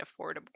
affordable